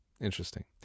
Interesting